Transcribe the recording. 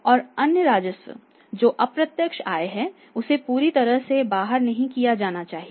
और अन्य राजस्व जो अप्रत्यक्ष आय है उसे पूरी तरह से बाहर नहीं किया जाना चाहिए